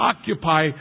occupy